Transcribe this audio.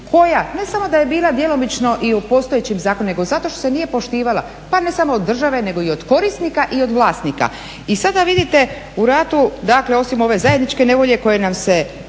koja ne samo da je bila djelomično i u postojećem zakonu nego zato što se nije poštivala, pa ne samo od države nego i od korisnika i od vlasnika. I sada vidite u ratu dakle osim ove zajedničke nevolje koja nas je